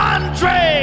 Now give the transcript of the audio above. Andre